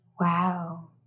wow